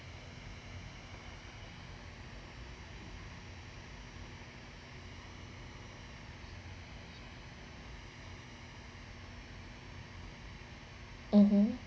(uh huh)